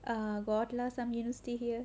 err god lah some university here